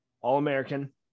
All-American